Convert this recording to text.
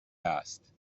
است